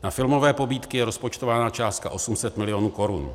Na filmové pobídky je rozpočtována částka 800 milionů korun.